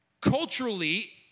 Culturally